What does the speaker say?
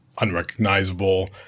Unrecognizable